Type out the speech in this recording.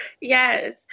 Yes